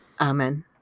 Amen